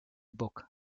book